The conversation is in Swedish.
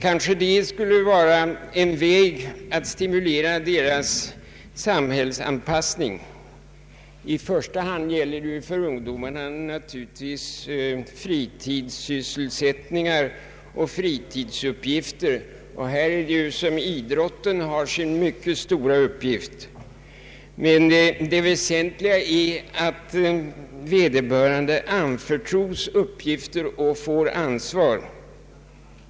Möjligen skulle detta vara en väg att stimulera deras samhällsanpassning. I första hand gäller det för ungdomarna naturligtvis fritidssysselsättningar och fritidsuppgifter, och här har idrotten sin mycket stora uppgift. Det väsentliga är att vederbörande anförtros uppgifter och får ansvar.